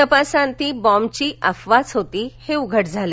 तपासाअंती बॉम्बची अफवाच होती हे उघड झालं